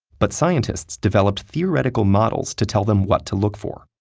but scientists developed theoretical models to tell them what to look for.